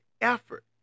effort